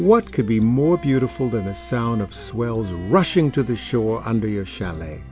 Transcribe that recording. what could be more beautiful than the sound of swells rushing to the shore under your chalet